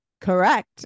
Correct